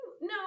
No